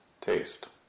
taste